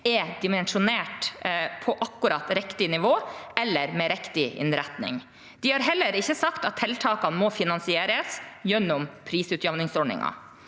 er dimensjonert på akkurat riktig nivå eller med riktig innretning. De har heller ikke sagt at tiltakene må finansieres gjennom prisutjevningsordningen.